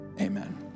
amen